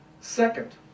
Second